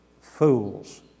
fools